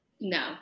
No